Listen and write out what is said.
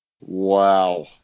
wow